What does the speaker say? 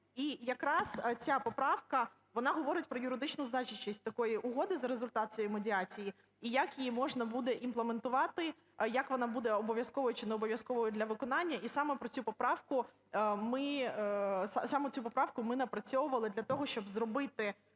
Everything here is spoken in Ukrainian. І якраз ця поправка, вона говорить про юридичну значущість такої угоди, за результат цієї медіації, і як її можна будеімплементувати, як вона буде: обов'язковою чи необов'язковою для виконання. І саме цю поправку ми напрацьовували для того, щоб зробити